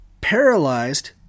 paralyzed